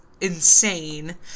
insane